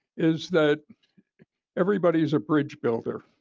is that everybody is a bridge builder.